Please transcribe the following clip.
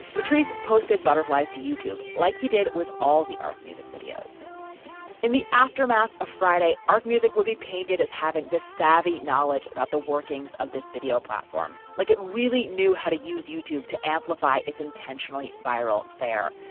patrice posted butterflies to youtube like he did with all the music videos in the aftermath of friday. art music will be painted as having the savvy knowledge about the workings of this video platform like it really knew how to use youtube to amplify its intentionally viral fare.